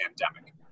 pandemic